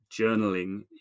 journaling